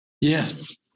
Yes